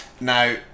now